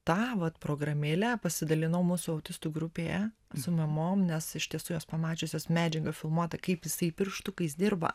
tą vat programėle pasidalinau mūsų autistų grupėje su mamom nes iš tiesų jos pamačiusios medžiagą filmuotą kaip jisai pirštukais dirba